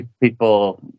People